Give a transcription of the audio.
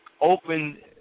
open